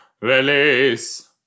release